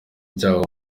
byahawe